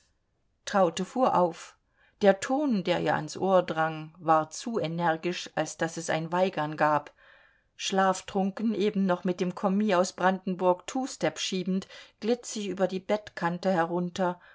traute fuhr auf der ton der ihr ans ohr drang war zu energisch als daß es ein weigern gab schlaftrunken eben noch mit dem kommis aus brandenburg twostep schiebend glitt sie über die bettkante herunter